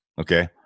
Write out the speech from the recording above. okay